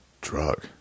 drug